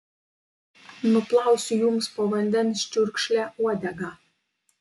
nuplausiu jums po vandens čiurkšle uodegą